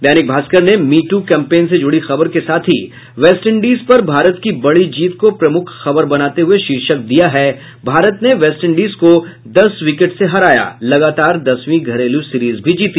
दैनिक भास्कर ने me too campaign से जुड़ी खबर के साथ ही वेस्टइंडीज पर भारत की बड़ी जीत को प्रमुख खबर बनाते हुये शीर्षक दिया है भारत ने वेस्टइंडीज को दस विकेट से हराया लगातार दसवीं घरेलू सीरीज भी जीती